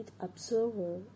observer